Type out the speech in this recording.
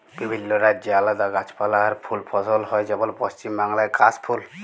বিভিল্য রাজ্যে আলাদা গাছপালা আর ফুল ফসল হ্যয় যেমল পশ্চিম বাংলায় কাশ ফুল